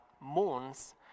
moons